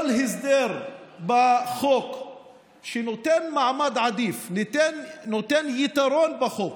כל הסדר בחוק שנותן מעמד עדיף, נותן יתרון בחוק,